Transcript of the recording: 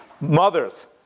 mothers